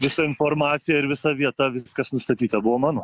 visa informacija ir visa vieta viskas nustatyta buvo mano